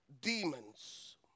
demons